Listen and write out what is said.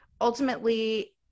Ultimately